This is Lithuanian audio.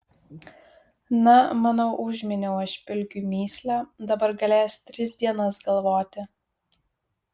na manau užminiau aš pilkiui mįslę dabar galės tris dienas galvoti